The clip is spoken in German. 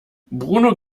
bruno